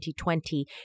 2020